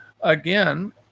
again